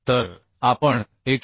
तर आपण 124